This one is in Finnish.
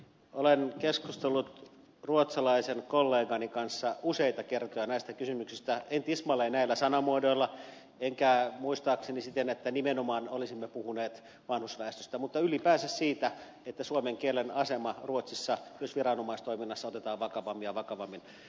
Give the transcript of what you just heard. olen keskustellut ruotsalaisen kollegani kanssa useita kertoja näistä kysymyksistä en tismalleen näillä sanamuodoilla enkä muistaakseni siten että nimenomaan olisimme puhuneet vanhusväestöstä mutta ylipäänsä siitä että suomen kielen asema myös ruotsissa myös viranomaistoiminnassa otetaan vakavammin ja vakavammin